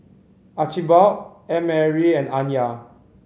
Archibald Annmarie and Anya